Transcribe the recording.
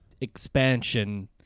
expansion